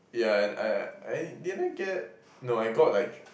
yeah and I I did I get no I got like